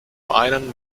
einen